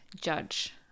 judge